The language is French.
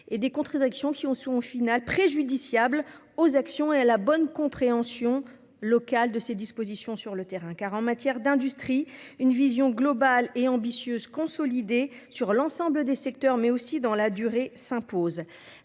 contradictions qui sont préjudiciables aux actions et à la bonne compréhension locale de ces dispositions sur le terrain. En matière d'industrie, une vision globale, ambitieuse et consolidée s'impose sur l'ensemble des secteurs, mais aussi dans la durée.